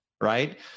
right